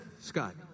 Scott